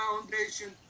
foundation